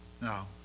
now